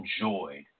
enjoyed